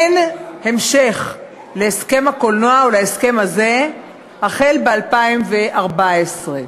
אין המשך להסכם הקולנוע ולהסכם הזה החל ב-2014.